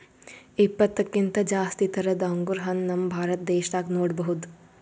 ಇಪ್ಪತ್ತಕ್ಕಿಂತ್ ಜಾಸ್ತಿ ಥರದ್ ಅಂಗುರ್ ಹಣ್ಣ್ ನಮ್ ಭಾರತ ದೇಶದಾಗ್ ನೋಡ್ಬಹುದ್